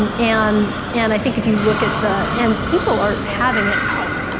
and and and i think if you'd look at the, and people are having it out.